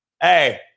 Hey